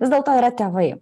vis dėlto yra tėvai